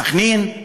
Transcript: סח'נין,